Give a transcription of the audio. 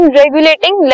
regulating